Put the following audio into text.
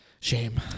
Shame